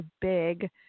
big